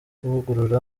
kuvugurura